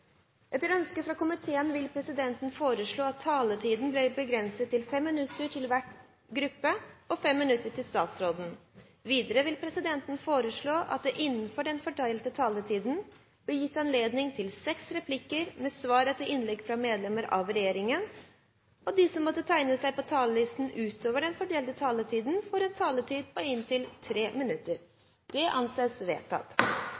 Etter ønske fra komiteen vil presidenten foreslå at taletiden blir begrenset til 5 minutter til hver gruppe og 5 minutter til statsråden. Videre vil presidenten foreslå at det blir gitt anledning til seks replikker med svar etter innlegg fra medlemmer av regjeringen innenfor den fordelte taletid, og at de som måtte tegne seg på talerlisten utover den fordelte taletid, får en taletid på inntil 3 minutter. – Det anses vedtatt.